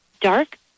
dark